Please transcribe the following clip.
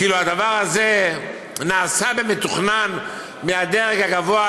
כאילו הדבר הזה נעשה במתוכנן מהדרג הגבוה,